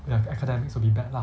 their academics will be bad lah